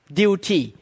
duty